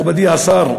מכובדי השר,